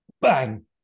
bang